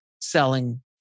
selling